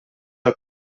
del